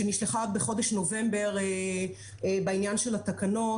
שנשלחה בחודש נובמבר בעניין התקנות.